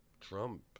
Trump